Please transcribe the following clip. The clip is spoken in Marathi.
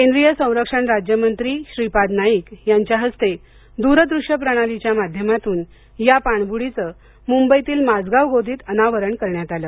केंद्रीय संरक्षण राज्य मंत्री श्रीपाद नाईक यांच्या हस्ते द्रदृष्य प्रणालीच्या माध्यमातून या पाणबुडीचं मुंबईतील माझगाव गोदीत अनावरण करण्यात आलं